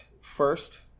first